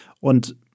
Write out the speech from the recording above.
und